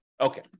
okay